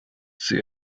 sie